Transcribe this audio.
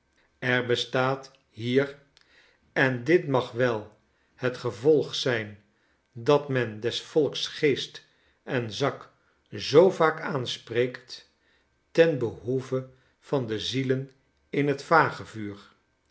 er bestaat hier en dit mag wel het gevolg zijn dat men des volks geest en zak zoo vaak aanspreekt ten behoeve van de zielen in het vagevuur